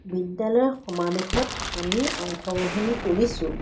বিদ্যালয়ৰ সমাৱেশত আমি অংশগ্ৰহণ কৰিছোঁ